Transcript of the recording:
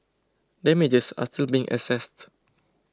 damages are still being assessed